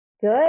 Good